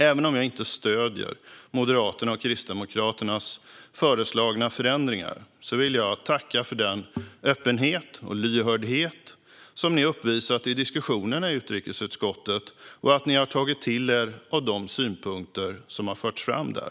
Även om jag inte stöder Moderaternas och Kristdemokraternas föreslagna förändringar vill jag tacka för den öppenhet och lyhördhet ni uppvisat i diskussionerna i utrikesutskottet och att ni har tagit till er av de synpunkter som har förts fram där.